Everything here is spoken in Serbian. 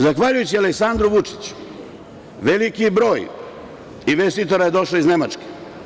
Zahvaljujući Aleksandru Vučiću, veliki broj investitora je došao iz Nemačke.